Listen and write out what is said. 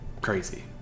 crazy